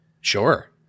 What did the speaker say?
Sure